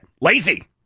Lazy